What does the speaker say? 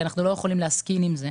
כי אנחנו לא יכולים להסכים עם זה.